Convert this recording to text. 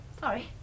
sorry